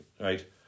Right